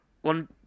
One